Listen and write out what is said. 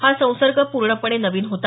हा संसर्ग पूर्णपणे नवीन होता